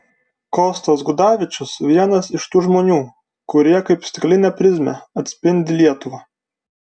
kostas gudavičius vienas iš tų žmonių kurie kaip stiklinė prizmė atspindi lietuvą